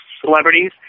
celebrities